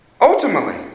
Ultimately